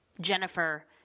Jennifer